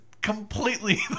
completely